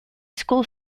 school